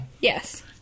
Yes